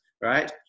right